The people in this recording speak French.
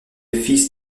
fils